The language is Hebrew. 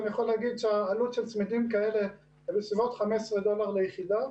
אבל אני יכול להגיד שהעלות של צמידים כאלה היא בסביבות 15 דולר ליחידה.